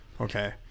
Okay